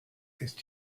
ist